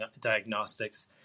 diagnostics